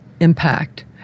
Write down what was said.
impact